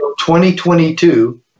2022